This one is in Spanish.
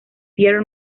pierre